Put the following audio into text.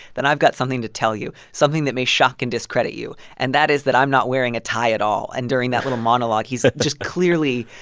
then i've got something to tell you, something that may shock and discredit you. and that is that i'm not wearing a tie at all. and during that little monologue, he's just clearly,